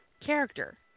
character